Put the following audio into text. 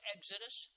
Exodus